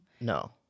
No